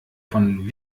von